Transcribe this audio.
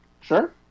Sure